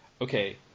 Okay